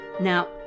Now